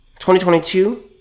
2022